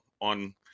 on